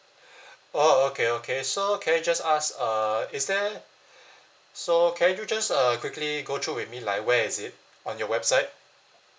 uh okay okay so can I just ask uh is there so can you just uh quickly go through with me like where is it on your website